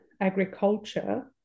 agriculture